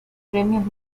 premios